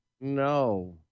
No